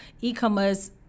e-commerce